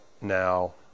now